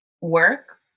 work